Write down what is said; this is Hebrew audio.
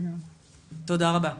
תודה רבה.